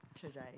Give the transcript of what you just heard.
today